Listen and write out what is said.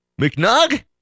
McNug